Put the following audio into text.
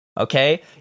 Okay